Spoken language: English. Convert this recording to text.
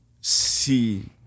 see